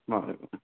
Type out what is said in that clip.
ꯃꯥꯅꯦ ꯃꯥꯅꯦ